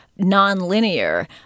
nonlinear—